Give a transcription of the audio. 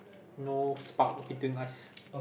no spark between us